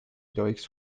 tohiks